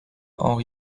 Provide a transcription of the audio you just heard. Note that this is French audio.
henri